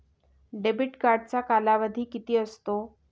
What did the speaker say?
Debit कार्डचा कालावधी किती असतो?